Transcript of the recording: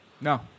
No